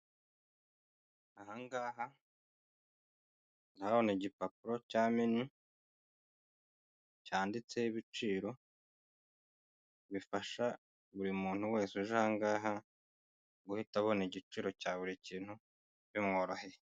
Aha ngaha hari igipapuro cya menu cyanditseho ibiciro. Bifasha buri muntu wese uje aha ngaha guhita abona igiciro cya buri kintu, bimworoheye.